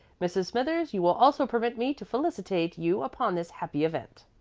mrs. smithers, you will also permit me to felicitate you upon this happy event.